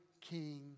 king